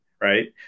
right